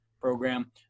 program